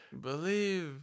Believe